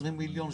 20,000,000,